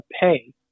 pay